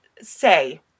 say